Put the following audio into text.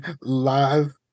live